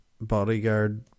bodyguard